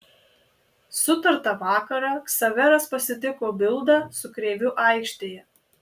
sutartą vakarą ksaveras pasitiko bildą su kreiviu aikštėje